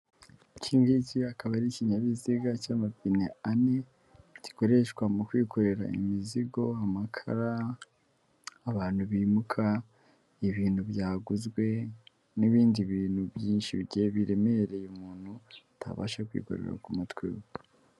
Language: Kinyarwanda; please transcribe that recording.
Iki ngiki akaba ari ikinkinyabiziga cy'amapine ane gikoreshwa mu kwikorera imizigo, amakara, abantu bimuka, ibintu byaguzwe, n'ibindi bintu byinshi biremereye umuntu atabasha kwikorera ku matwi we.